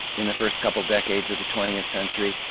in the first couple decades of the twentieth century,